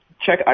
check